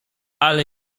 ale